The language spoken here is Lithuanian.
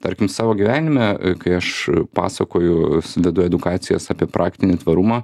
tarkim savo gyvenime kai aš pasakoju sudedu edukacijas apie praktinį tvarumą